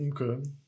okay